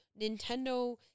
Nintendo